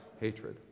hatred